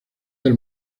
del